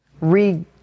re-